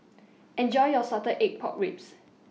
Enjoy your Salted Egg Pork Ribs